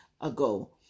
ago